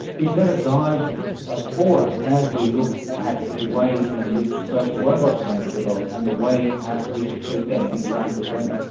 is that a guide ah for us as we look at the way in which social robots are going to develop and the way perhaps we should treat them and interact with them?